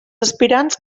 aspirants